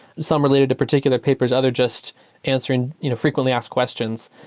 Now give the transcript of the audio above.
some related to particular papers, other just answering you know frequently asked questions.